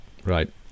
Right